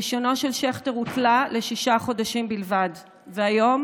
רישיונו של שכטר הותלה לשישה חודשים בלבד, והיום